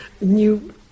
New